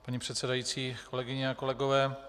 Paní předsedající, kolegyně a kolegové.